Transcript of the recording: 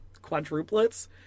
quadruplets